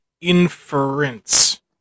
inference